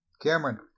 Cameron